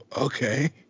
Okay